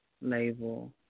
Label